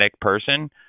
person